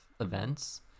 events